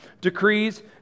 decrees